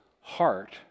heart